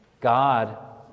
God